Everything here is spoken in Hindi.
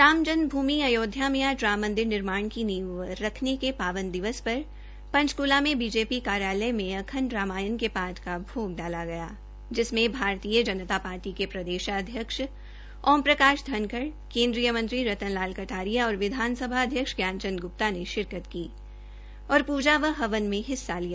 राम जन्म भूमि अयोध्या में आज राम मंदिर निर्माण की नीव रखने के पावन दिवस पर पंचकूला में बीजेपी कार्यालय में अखंड रामायण के पाठ का भोग डाला गया जिनमें भारतीय जनता पार्टी के प्रदेशाध्यक्ष ओम प्रकाश धनखड़ केन्द्रीय मंत्री रतन लाल कटारिया और विधानसभा अध्यक्ष ज्ञान चंद ग्रप्ता ने शिरकत की और पूजा व हवन में हिस्सा लिया